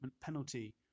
penalty